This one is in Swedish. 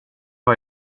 vad